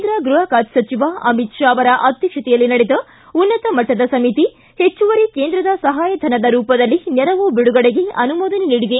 ಕೇಂದ್ರ ಗೃಹ ಖಾತೆ ಸಚಿವ ಅಮಿತ್ ಶಾ ಅವರ ಅಧ್ಯಕ್ಷತೆಯಲ್ಲಿ ನಡೆದ ಉನ್ನತ ಮಟ್ಟದ ಸಮಿತಿ ಹೆಚ್ಚುವರಿ ಕೇಂದ್ರದ ಸಹಾಯ ಧನದ ರೂಪದಲ್ಲಿ ನೆರವು ಬಿಡುಗಡೆಗೆ ಅನುಮೋದನೆ ನೀಡಿದೆ